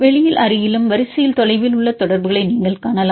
வெளியில் அருகிலும் வரிசையில் தொலைவில் உள்ள தொடர்புகளை நீங்கள் காணலாம்